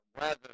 weather